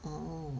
orh